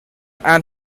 and